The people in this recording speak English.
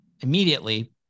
immediately